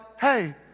hey